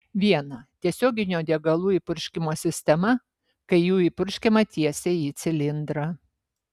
viena tiesioginio degalų įpurškimo sistema kai jų įpurškiama tiesiai į cilindrą